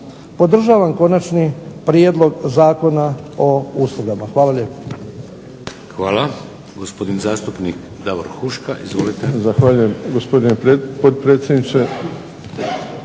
Podržavam Konačni prijedlog zakona o uslugama. Hvala lijepo.